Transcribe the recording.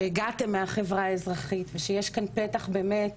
שהגעתן מהחברה האזרחית ושיש כאן פתח באמת